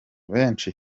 benshi